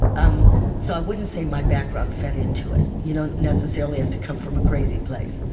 um so i wouldn't say my background fed into it. you don't necessarily have to come from a crazy place.